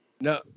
No